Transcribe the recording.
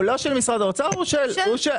הוא לא של משרד האוצר, הוא של התהליך.